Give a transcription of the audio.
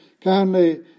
kindly